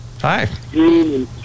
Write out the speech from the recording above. Hi